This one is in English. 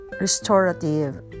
restorative